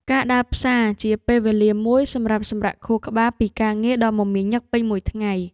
ការដើរផ្សារជាពេលវេលាមួយសម្រាប់សម្រាកខួរក្បាលពីការងារដ៏មមាញឹកពេញមួយថ្ងៃ។